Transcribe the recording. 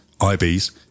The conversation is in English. IBs